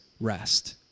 rest